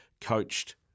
coached